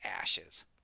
ashes